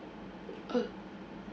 uh